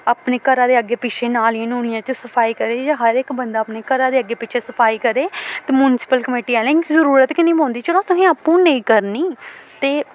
अपने घराै दे अग्गें पिच्छें नालियें नूलियें च सफाई करै ज हर इक बंदा अपने घर दे अग्गें पिच्छें सफाई करे ते मुनसिपल कमेटी आह्लें गी जरूरत गै निं पौंदी चलो तुसें आपूं नेईं करनी ते